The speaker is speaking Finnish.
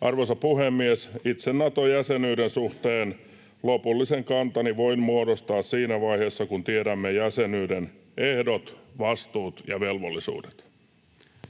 Arvoisa puhemies! Itse Nato-jäsenyyden suhteen lopullisen kantani voin muodostaa siinä vaiheessa, kun tiedämme jäsenyyden ehdot, vastuut ja velvollisuudet.